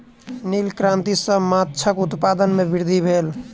नील क्रांति सॅ माछक उत्पादन में वृद्धि भेल